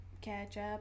ketchup